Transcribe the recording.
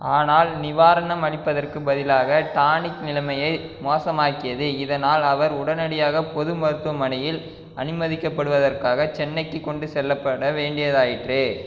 ஆனால் நிவாரணம் அளிப்பதற்கு பதிலாக டானிக் நிலைமையை மோசமாக்கியது இதனால் அவர் உடனடியாக பொது மருத்துவமனையில் அனுமதிக்கப்படுவதற்காக சென்னைக்கு கொண்டு செல்லப்பட வேண்டியதாயிற்று